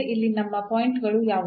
ಇಲ್ಲಿ ನಮ್ಮ ಪಾಯಿಂಟ್ ಗಳು ಯಾವುವು